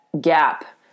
gap